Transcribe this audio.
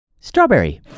Strawberry